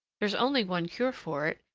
there's only one cure for it,